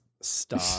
Stop